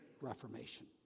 reformation